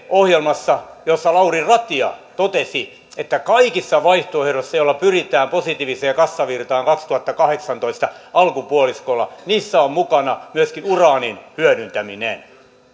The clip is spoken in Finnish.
ohjelmassa jossa lauri ratia totesi että kaikissa vaihtoehdoissa joilla pyritään positiiviseen kassavirtaan kaksituhattakahdeksantoista alkupuoliskolla on mukana myöskin uraanin hyödyntäminen